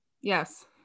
Yes